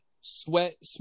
sweat